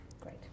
Great